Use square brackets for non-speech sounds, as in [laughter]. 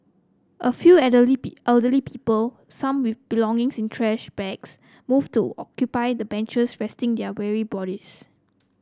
a few elderly elderly people some [unintelligible] belongings in trash bags moved to occupy the benches resting their weary bodies